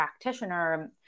practitioner